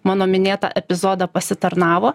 mano minėtą epizodą pasitarnavo